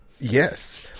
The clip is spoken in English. yes